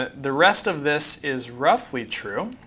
the rest of this is roughly true.